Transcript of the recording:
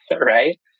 right